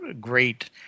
great